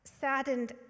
saddened